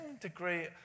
degree